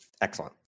Excellent